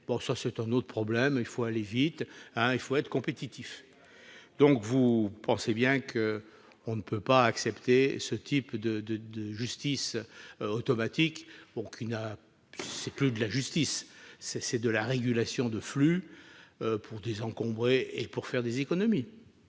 c'est un autre problème : il faut aller vite ; il faut être compétitif ! Vous pensez bien que nous ne saurions accepter ce type de justice automatique. Ce n'est plus de la justice, c'est de la régulation de flux, pour désencombrer les juridictions et faire des économies.